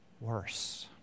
worse